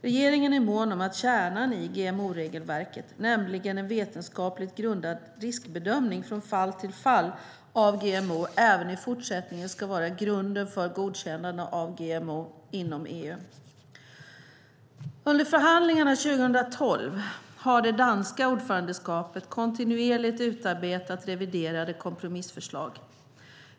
Regeringen är mån om att kärnan i GMO-regelverket, nämligen en vetenskapligt grundad riskbedömning från fall till fall av GMO, även i fortsättningen ska vara grunden för godkännande av GMO inom EU. Under förhandlingarna 2012 har det danska ordförandeskapet kontinuerligt utarbetat reviderade kompromissförslag.